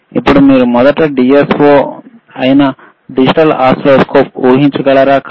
ఇప్పుడు మీరు మొదట DSO అయిన డిజిటల్ ఓసిల్లోస్కోప్ను తీసుకుందాం